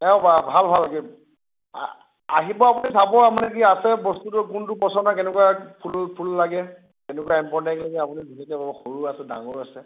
ভাল ভাল আহিব আপুনি চাব আৰু মানে কি আছে বস্তুটো কোনটো পচন্দ হয় কেনেকুৱা ফুল ফুল লাগে কেনেকুৱা এম্ব্ৰইদাৰীৰ লাগে আপুনি ধুনীয়াকে বুজি পাব সৰুও আছে ডাঙৰ আছে